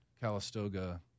Calistoga